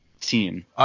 team